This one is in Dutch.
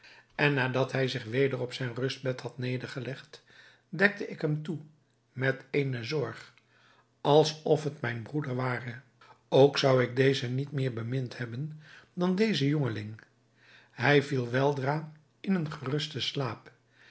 en na dat hij zich weder op zijn rustbed had nedergelegd dekte ik hem toe met eene zorg als of het mijn broeder ware ook zou ik dezen niet meer bemind hebben dan dezen jongeling hij viel weldra in een gerusten slaap